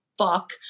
fuck